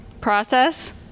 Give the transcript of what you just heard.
process